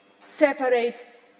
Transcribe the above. separate